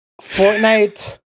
Fortnite